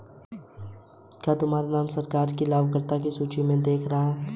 क्या तुम्हारा नाम सरकार की लाभकर्ता की सूचि में देखा है